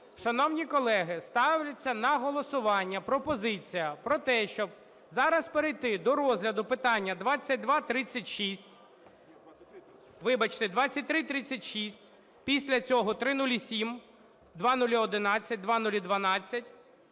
Шановні колеги, ставиться на голосування пропозиція про те, щоб зараз перейти до розгляду питання 2236… Вибачте, 2336. Після цього 0007, 0011, 0012,